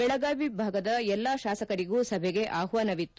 ಬೆಳಗಾವಿ ಭಾಗದ ಎಲ್ಲಾ ಶಾಸಕರಿಗೂ ಸಭೆಗೆ ಆಹ್ವಾನವಿತ್ತು